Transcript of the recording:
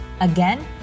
Again